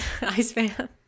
Iceman